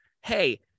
hey